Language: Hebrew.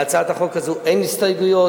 להצעת החוק הזאת אין הסתייגויות,